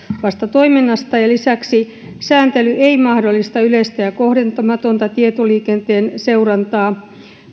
uhkaavasta toiminnasta lisäksi sääntely ei mahdollista yleistä ja kohdentamatonta tietoliikenteen seurantaa